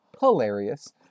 hilarious